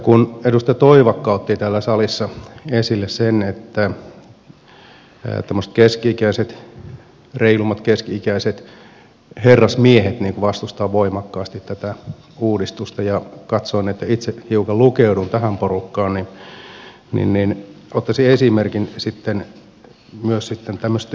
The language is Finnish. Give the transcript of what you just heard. kun edustaja toivakka otti täällä salissa esille sen että tämmöiset keski ikäiset reilusti keski ikäiset herrasmiehet vastustavat voimakkaasti tätä uudistusta ja katsoin että itse hiukan lukeudun tähän porukkaan niin ottaisin esimerkin myös sitten tämmöisestä yrittäjäperheestä